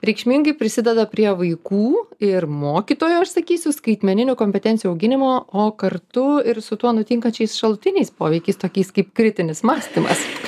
reikšmingai prisideda prie vaikų ir mokytojo aš sakysiu skaitmeninių kompetencijų auginimo o kartu ir su tuo nutinkančiais šalutiniais poveikiais tokiais kaip kritinis mąstymas